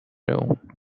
اون